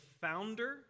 founder